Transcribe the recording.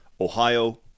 Ohio